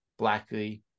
Blackley